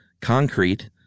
concrete